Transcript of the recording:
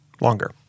longer